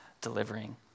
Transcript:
delivering